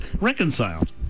reconciled